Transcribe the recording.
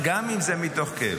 גם אם זה מתוך כאב.